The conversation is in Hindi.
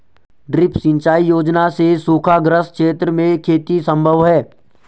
ड्रिप सिंचाई योजना से सूखाग्रस्त क्षेत्र में खेती सम्भव है